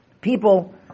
people